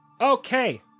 Okay